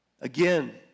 Again